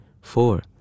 four